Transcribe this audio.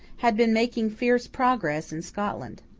had been making fierce progress in scotland.